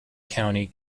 county